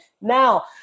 Now